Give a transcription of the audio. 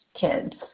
kids